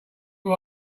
who